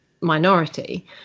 minority